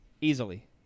Easily